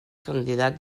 candidat